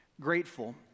grateful